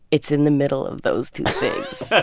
it's in the middle of those two things